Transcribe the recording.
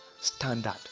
standard